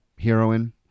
heroine